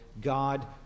god